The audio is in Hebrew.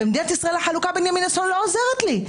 במדינת ישראל החלוקה בין ימין לשמאל לא עוזרת לי.